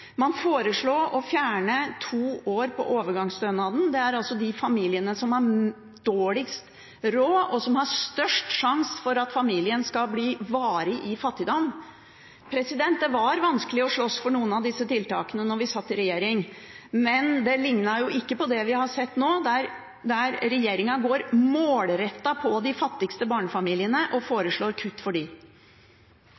Man foreslo å fjerne to år på overgangsstønaden. Dette er altså de familiene som har dårligst råd, og som har størst sjanse for at familien skal forbli i varig fattigdom. Det var vanskelig å slåss for noen av disse tiltakene da vi satt i regjering, men det lignet jo ikke på det vi har sett nå, der regjeringen går målrettet på de fattigste barnefamiliene og foreslår kutt for dem. SV ønsker jo å være et aktivt parti, og de